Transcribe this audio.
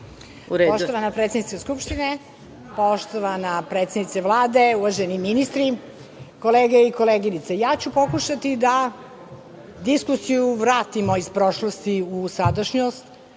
Poštovana predsednice Skupštine, poštovana predsednice Vlade, uvaženi ministre, kolege i koleginice, ja ću pokušati da diskusiju vratimo iz prošlosti u sadašnjost,